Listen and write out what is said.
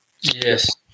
Yes